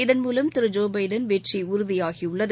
இதன்மூலம் திரு Joe Biden வெற்றி உறுதியாகியுள்ளது